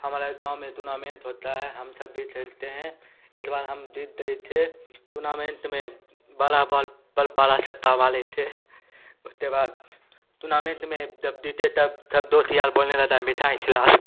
हमारा गाँव में तूनामेंत होता है हम सब भी खेलते हैं इस बार हम जीत गए थे तूर्नामेंत में बड़ा बॉल पर बड़ा छक्का मारे थे उसके बाद तुनामेंट में जब जीते तब सब दोस्त यार बोलने लगे मिठाई खिलाओ